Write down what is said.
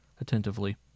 attentively